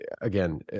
Again